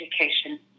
education